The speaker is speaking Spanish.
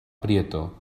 prieto